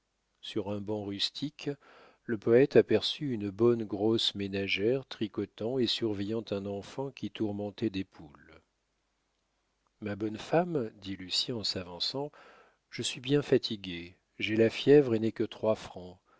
sur un banc rustique le poète aperçut une bonne grosse ménagère tricotant et surveillant un enfant qui tourmentait des poules ma bonne femme dit lucien en s'avançant je suis bien fatigué j'ai la fièvre et n'ai que trois francs